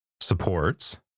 supports